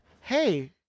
hey